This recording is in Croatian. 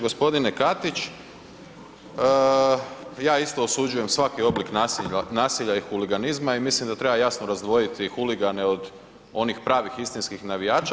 Gospodine Katić ja isto osuđujem svaki oblik nasilja i huliganizma i mislim da treba jasno razdvojiti huligane od oni pravih istinskih navijača.